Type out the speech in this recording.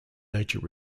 nature